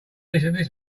listening